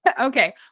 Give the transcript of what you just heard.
Okay